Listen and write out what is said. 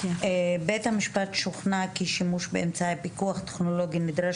בית המשפט שוכנע כי שימוש באמצעי פיקוח טכנולוגי נדרש